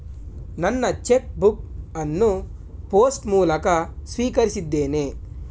ನನ್ನ cheque book ಅನ್ನು post ಮೂಲಕ ಸ್ವೀಕರಿಸಿದ್ದೇನೆ